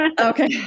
Okay